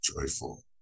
joyful